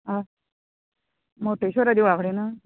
आं मोटेश्वरा दिवळा कडेन